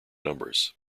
numbers